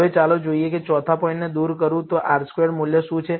હવે ચાલો જોઈએ કે જો ચોથા પોઇન્ટને દૂર કરું તો R સ્ક્વેર્ડ મૂલ્ય શું છે